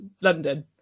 london